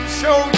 show